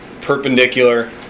perpendicular